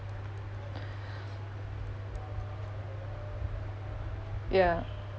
ya